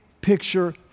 picture